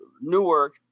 Newark